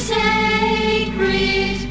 sacred